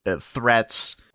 threats